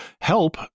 help